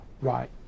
Right